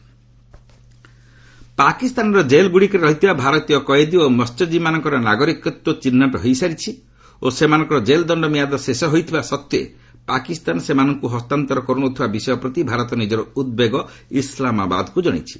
India Pakistan ପାକିସ୍ତାନର କେଲ୍ଗୁଡ଼ିକରେ ରହିଥିବା ଭାରତୀୟ କଏଦୀ ଓ ମହ୍ୟଜୀବୀମାନଙ୍କର ନାଗରିକତ୍ୱ ଚିହ୍ନଟ ହୋଇଛି ଓ ସେମାନଙ୍କର କେଲଦଣ୍ଡ ମିଆଦ ଶେଷ ହୋଇଥିବା ସତ୍ତ୍ୱେ ପାକିସ୍ତାନ ସେମାନଙ୍କୁ ହସ୍ତାନ୍ତର କରୁନଥିବା ବିଷୟ ପ୍ରତି ଭାରତ ନିଜର ଉଦ୍ବେଗ ଇସଲାମାବାଦକୁ ଜଣାଇଛି